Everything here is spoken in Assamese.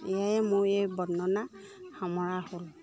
এয়াই মোৰ এই বৰ্ণনা সামৰা হ'ল